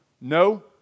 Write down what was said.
No